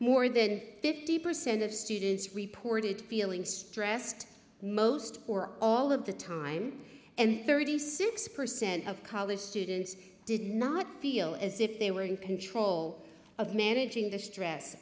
more than fifty percent of students reported feeling stressed most or all of the time and thirty six percent of college students did not feel as if they were in control of managing the stress